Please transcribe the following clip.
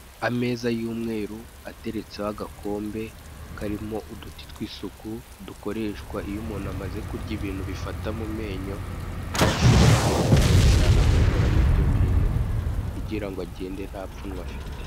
Ameza y'umweru ateretseho agakombe karimo uduti tw'isuku dukoreshwa iyo umuntu amaze kurya ibintu bifata mumenyo aho ashobora kugakoresha agakuramo ibyo bintu kugira ngo agende ntapfunwe afite.